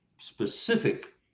specific